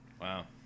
Wow